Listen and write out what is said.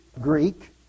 Greek